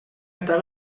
está